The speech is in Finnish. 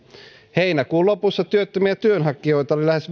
heinäkuun lopussa työttömiä työnhakijoita oli lähes